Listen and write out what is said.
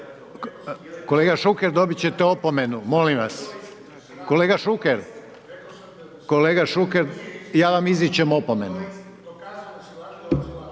kolega Šuker, dobit ćete opomenu, molim vas, kolega Šuker, kolega Šuker ja vam izričem opomenu,